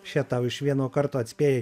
še tau iš vieno karto atspėjai